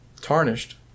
tarnished